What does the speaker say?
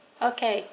okay